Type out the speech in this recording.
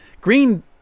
Green